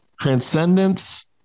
Transcendence